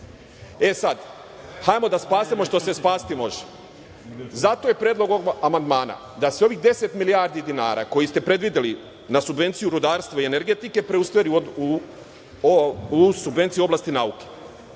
E sad, ajmo da spasemo što se spasiti može. Zato je predlog ovog amandmana da se ovih 10 milijardi dinara koje ste predvideli na subvenciju rudarstva i energetike preusmeri u ovu subvenciju u oblasti nauke.